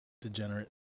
degenerate